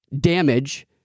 damage